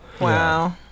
Wow